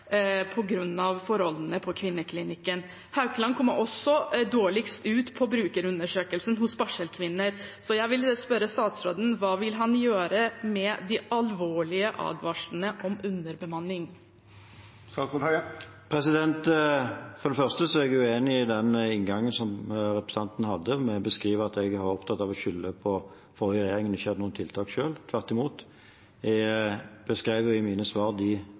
forholdene på Kvinneklinikken. Haukeland kommer også dårligst ut på brukerundersøkelsen hos barselkvinner. Så jeg vil spørre statsråden: Hva vil han gjøre med de alvorlige advarslene om underbemanning? For det første er jeg uenig i den inngangen som representanten hadde, med å beskrive at jeg var opptatt av å skylde på forrige regjering, men ikke hadde noen tiltak selv. Tvert imot, jeg beskrev i mine svar de